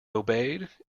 obeyed